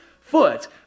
foot